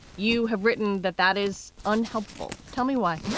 you have written that that is unhelpful. tell me why